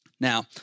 Now